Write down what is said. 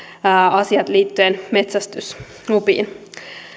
asiat liittyen metsästyslupiin